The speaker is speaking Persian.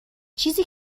چیزی